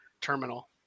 terminal